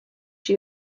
she